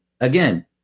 again